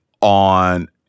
on